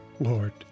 Lord